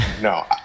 no